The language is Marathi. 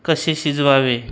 कसे शिजवावे